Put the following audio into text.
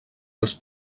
els